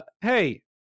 Hey